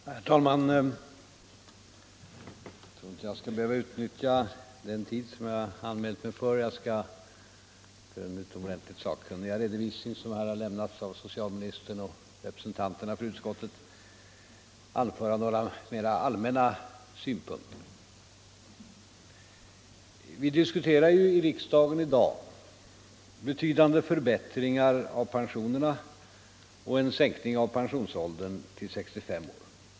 Herr talman! Jag tror inte jag skall behöva utnyttja hela den tid jag har anmält mig för. Jag skall till den utomordentligt sakkunniga redovisning som här har lämnats av socialministern och representanterna för utskottet anföra några mera allmänna synpunkter. Vi diskuterar i riksdagen i dag betydande förbättringar av pensionerna och en sänkning av pensionsåldern till 65 år.